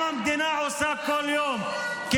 גם המדינה עושה כל יום, האדמה שלנו, של המדינה.